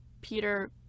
Peter